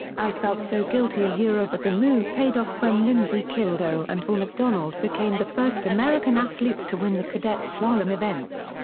i felt so guilty. but the move paid off when lindsey kildow and will mcdonald became the first american athletes to win the cadets slalom events,